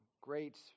great